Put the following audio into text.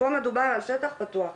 פה מדובר על שטח פתוח,